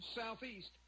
Southeast